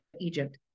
Egypt